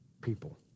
people